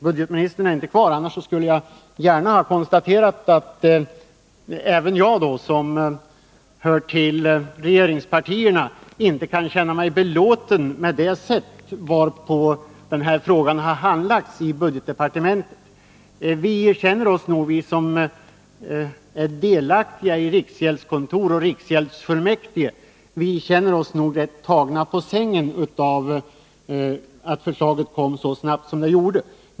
Budgetministern är inte kvar i kammaren, men jag vill ändå gärna konstatera att jag, som också hör till ett regeringsparti, inte kan känna mig belåten med det sätt varpå den här frågan har handlagts i budgetdepartementet. Vi som har anknytning till riksgäldskontor och riksgäldsfullmäktige känner oss nog litet tagna på sängen av att förslaget kom så snabbt som det gjorde.